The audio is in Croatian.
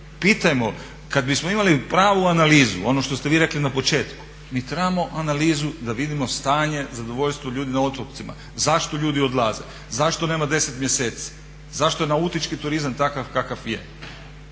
pitajmo kad bismo imali pravu analizu, ono što ste vi rekli na početku mi trebamo analizu da vidimo stanje, zadovoljstvo ljudi na otocima. Zašto ljudi odlaze, zašto nema 10 mjeseci, zašto je nautički turizam takav kakav je?